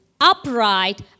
upright